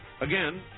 Again